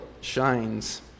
shines